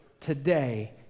today